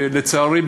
לצערי,